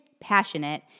passionate